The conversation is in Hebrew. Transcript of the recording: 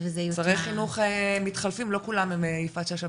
שרי חינוך מתחלפים, לא כולם הם יפעת ששה ביטון.